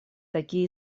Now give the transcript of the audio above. такие